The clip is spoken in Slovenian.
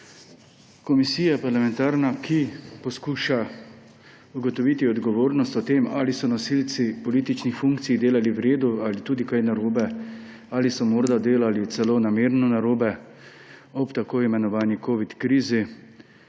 komisija, ki poskuša ugotoviti odgovornost o tem, ali so nosilci političnih funkcij delali v redu ali tudi kaj narobe, ali so morda delali celo namerno narobe ob tako imenovani covid krizi,